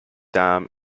dam